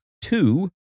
two